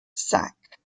sack